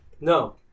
No